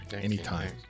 Anytime